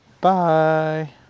Bye